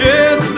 Yes